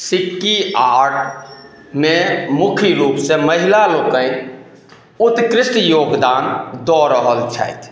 सिक्की आर्टमे मुख्य रूप सऽ महिला लोकनि उत्कृष्ट योगदान दऽ रहल छथि